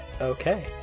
Okay